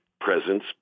presence